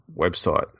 website